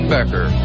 Becker